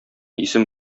исем